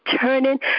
turning